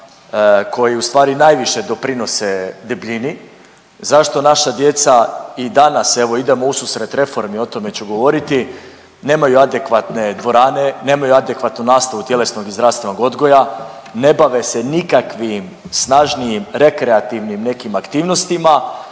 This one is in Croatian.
koji ustvari najviše doprinose debljini? Zašto naša djeca i danas evo idemo ususret reformi, o tome ću govoriti, nemaju adekvatne dvorane, nemaju adekvatnu nastavu tjelesnog i zdravstvenog odgoja, ne bave se nikakvim snažnijim rekreativnim nekim aktivnostima?